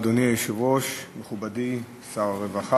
אדוני היושב-ראש, תודה רבה לך, מכובדי שר הרווחה,